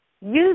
use